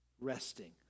resting